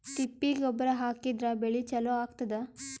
ತಿಪ್ಪಿ ಗೊಬ್ಬರ ಹಾಕಿದ್ರ ಬೆಳಿ ಚಲೋ ಆಗತದ?